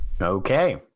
Okay